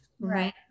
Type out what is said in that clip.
right